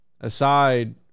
aside